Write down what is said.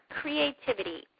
creativity